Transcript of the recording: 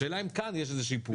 השאלה אם כאן יש איזושהי פעולה.